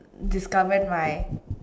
discovered my